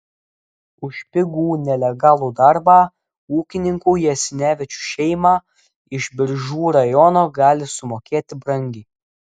už pigų nelegalų darbą ūkininkų jasinevičių šeima iš biržų rajono gali sumokėti brangiai